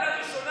השלמת הכנסה